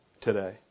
today